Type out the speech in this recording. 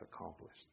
accomplished